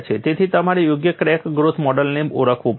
તેથી તમારે યોગ્ય ક્રેક ગ્રોથ મોડેલને ઓળખવું પડશે